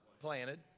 planted